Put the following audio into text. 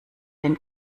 den